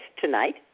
tonight